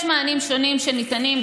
יש מענים שונים שניתנים,